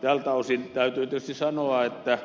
tältä osin täytyy tietysti sanoa että